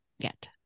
get